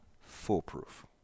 foolproof